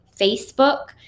Facebook